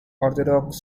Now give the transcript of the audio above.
orthodox